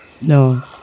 No